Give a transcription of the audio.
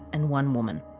and one woman.